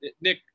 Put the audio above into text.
Nick